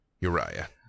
Uriah